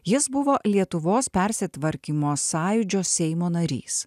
jis buvo lietuvos persitvarkymo sąjūdžio seimo narys